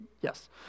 yes